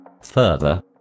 Further